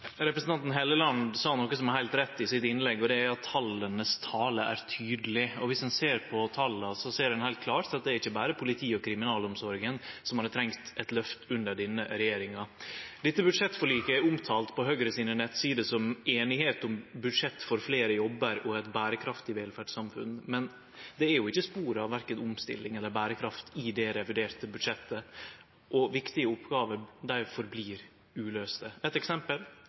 tale er tydeleg. Viss ein ser på tala, ser ein heilt klart at det ikkje berre er politiet og kriminalomsorga som hadde trengt eit løft under denne regjeringa. Dette budsjettforliket er omtalt på Høgres nettsider som «enighet om et budsjett for flere jobber og et bærekraftig velferdssamfunn», men det er jo ikkje spor av verken omstilling eller berekraft i det reviderte budsjettet, og viktige oppgåver blir verande uløyste. Eitt eksempel: